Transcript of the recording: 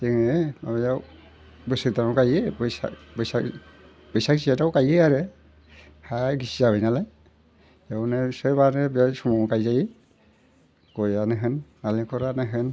जोङो माबायाव बोसोर गोदानावनो गायो बैसाग जेथोआव गायो आरो हाया गिसि जाबाय नालाय बेयावनो सोबआनो बे समाव गायजायो गयानो होन नारेंखलानो होन